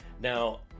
Now